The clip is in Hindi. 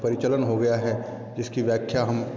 प्रचलन हो गया है जिसकी व्याख्या हम